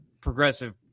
progressive